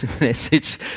message